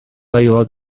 aelod